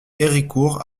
héricourt